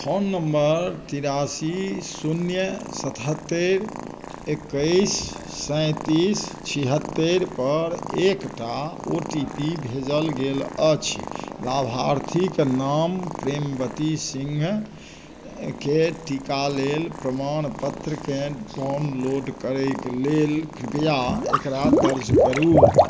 phone नम्बर तिरासी शून्य सतहत्तरि एकैस सैंतिस छिहतरिपर एकटा ओ टी पी भेजल गेल अछि लाभार्थीके नाम प्रेमवती सिंह के टीका लेल प्रमाणपत्रके डाउनलोड करयके लेल कृपया एकरा दर्ज करु